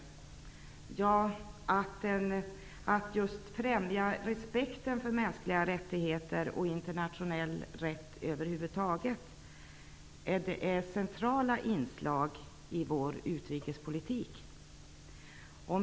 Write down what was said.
Att främja respekten för mänskliga rättigheter och för internationell rätt över huvud taget är centrala inslag i vår utrikespolitik.